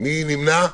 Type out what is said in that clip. מי נמנע?